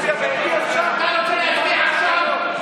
תלמד את התקנון.